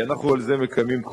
וההפחתה תלך ותימשך,